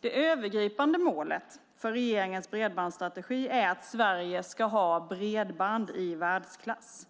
Det övergripande målet för regeringens bredbandsstrategi är att Sverige ska ha bredband i världsklass.